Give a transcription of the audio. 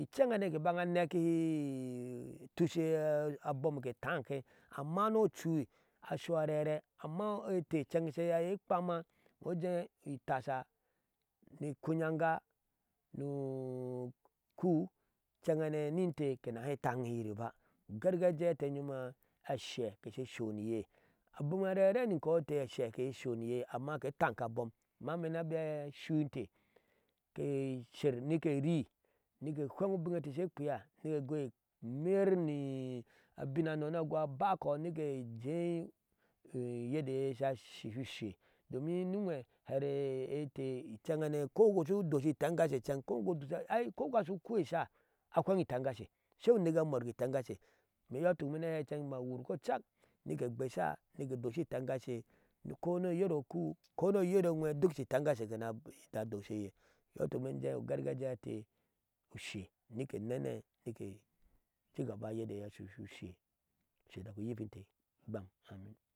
Incenhanei ke banna anekihe atusha abom ke taashe, amma ni ocui asho areare amma e inte nceŋ she hak ekpamma, iyo ujee itasha ni ikuyanga ni uku inceŋhanei ni inte ke nahe etanniyir ba ugargajiya ete nyom ashɛ she shoni iyee abom areare ni inkɔ inte ashe ke sho ni iyee amma ke etaŋke abom amma imee ni abema ashui inte ke sher mike erii ni ke wed ubiŋŋe ete she kpea ni ke gui emer ni abinanoi aba kɔ ni ke ejee uyede ye sha shu shu ushee domin ni uwee here ete inceŋhanei ko iŋo shu udosha iteŋgashe incɛŋ ai ko idoshu sho ukuu esha, ahwed itengashe shei ni weke eiye sha morke itengashe ime eti iyɔɔ ituk ime ni ehei inced ma wur kocak ni ke ekpesha nike edosha itengashe kena adosha e iye, iyɔɔ ituk imee in jee ugargajiya einte ushee nike enene nike cigaba uyedeye sha sho shu ushee ushe udak uyikinte igbam amin.